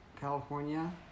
California